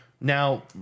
Now